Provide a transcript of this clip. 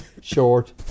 short